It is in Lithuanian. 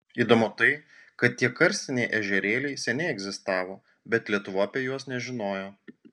įdomu tai kad tie karstiniai ežerėliai seniai egzistavo bet lietuva apie juos nežinojo